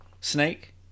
snake